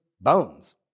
bones